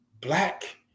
black